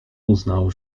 uznał